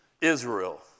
Israel